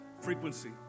frequency